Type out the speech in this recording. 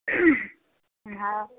हँ